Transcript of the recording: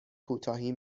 کوتاهی